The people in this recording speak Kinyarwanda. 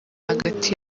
hagati